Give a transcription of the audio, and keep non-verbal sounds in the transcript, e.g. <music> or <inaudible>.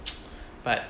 <noise> but